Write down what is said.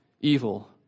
evil